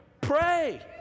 Pray